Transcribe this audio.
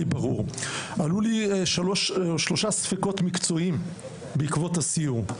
עלו לי שלושה ספקות מקצועיים בעקבות הסיור.